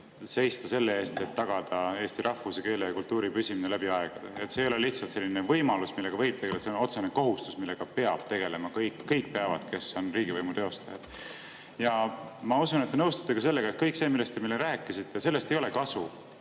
peaministrina kohustus tagada eesti rahvuse, keele ja kultuuri püsimine läbi aegade. See ei ole lihtsalt võimalus, millega võib tegeleda, vaid see on otsene kohustus, millega peab tegelema. Kõik peavad, kes on riigivõimu teostajad. Ma usun, et te nõustute ka sellega, et kõigest sellest, millest te meile rääkisite, ei ole kasu.